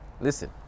listen